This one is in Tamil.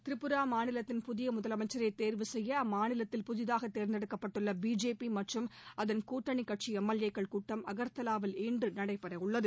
திரிபுரா மாநிலத்தின் புதிய முதலமைச்சரரை தேர்வு செய்ய அம்மாநிலத்தில் புதிதாக தேர்ந்தெடுக்கப்பட்டுள்ள பிஜேபி மற்றும் அதன் கூட்டணி கட்சி எம்எல்ஏக்கள் கூட்டம் அகர்தவாவில் இன்று நடைபெறவுள்ளது